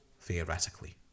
theoretically